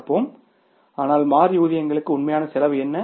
பார்ப்போம் ஆனால் மாறி ஊதியங்களுக்கு உண்மையான செலவு என்ன